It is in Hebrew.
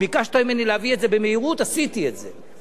ביקשת ממני להביא את זה במהירות, עשיתי את זה.